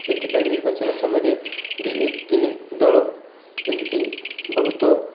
ସେଥିପାଇଁ ନିର୍ବାଚନ ସମୟରେ ଦୁଇ ତିନି ଦଳ ଯେମିତିକି ବହୁତ